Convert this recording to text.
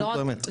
זה פשוט לא אמת.